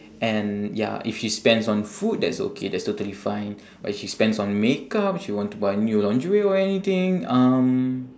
and ya if she spends on food that's okay that's totally fine but if she spends on makeup she want to buy new lingerie or anything um